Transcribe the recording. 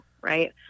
right